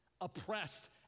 Oppressed